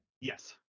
Yes